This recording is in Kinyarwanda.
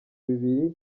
bibiri